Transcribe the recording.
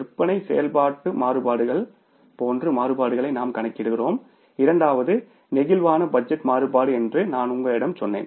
விற்பனை செயல்பாட்டு மாறுபாடுகள் போன்று மாறுபாடுகளை நாம் கணக்கிடுகிறோம் இரண்டாவது பிளேக்சிபிள் பட்ஜெட் மாறுபாடு என்று நான் உங்களிடம் சொன்னேன்